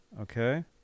Okay